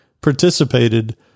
participated